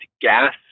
gas